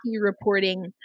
reporting